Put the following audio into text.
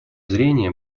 зрения